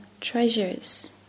treasures